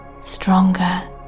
stronger